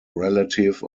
relative